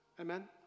Amen